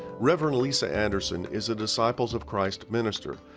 reverend lisa anderson is a disciple's of christ minister,